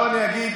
עכשיו אני אגיד,